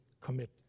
commit